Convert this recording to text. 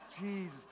Jesus